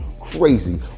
crazy